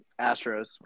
Astros